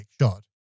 shot